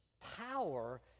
power